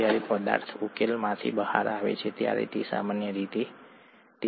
જ્યારે પદાર્થ ઉકેલમાંથી બહાર આવે ત્યારે તે સામાન્ય રીતે થાય છે